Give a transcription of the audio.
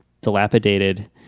dilapidated